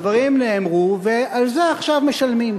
הדברים נאמרו ועל זה עכשיו משלמים.